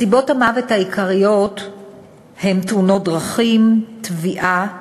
סיבות המוות העיקריות הן תאונות דרכים, טביעה,